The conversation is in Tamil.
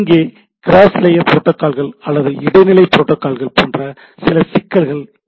இங்கே கிராஸ் லேயர் புரோட்டோகால்கள் அல்லது இடைநிலை புரோட்டோகால்கள் போன்ற சில சிக்கல்களும் இருக்கின்றன